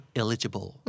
eligible